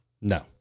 No